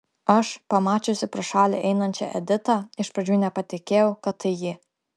aš pamačiusi pro šalį einančią editą iš pradžių nepatikėjau kad tai ji